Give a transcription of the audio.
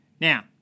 Now